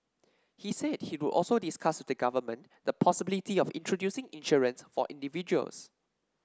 he said he would also discuss with the government the possibility of introducing insurance for individuals